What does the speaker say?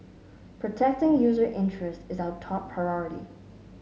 protecting user interests is our top priority